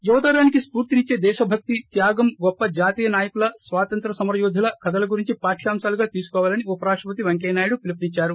యువతరానికి స్పూర్తినిచ్చే దేశభక్తి త్యాగం గొప్ప జాతీయ నాయకుల స్వాతంత్ర్య సమరయోధుల కథల గురించి పార్యాంశాలుగా తీసుకోవాలని ఉపరాష్టపతి పెంకయ్యనాయుడు పిలుపునిద్సారు